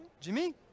Jimmy